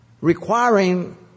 requiring